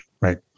Right